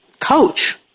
coach